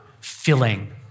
filling